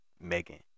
Megan